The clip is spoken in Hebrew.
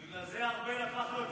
בגלל זה ארבל הפך להיות צמחוני.